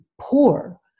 poor